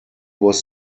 was